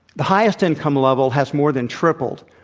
the highest income level has more than tripled.